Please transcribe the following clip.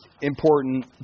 important